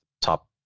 top